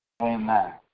Amen